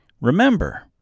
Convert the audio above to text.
Remember